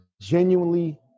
genuinely